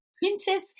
Princess